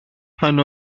pan